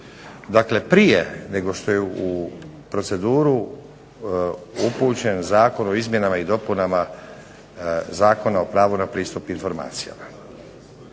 Dakle prije nego što je u proceduru upućen Zakon o izmjenama i dopunama Zakona o pravu na pristup informacijama.